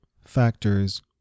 factors